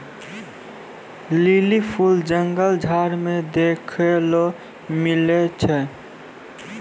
lily फूल जंगल झाड़ मे देखै ले मिलै छै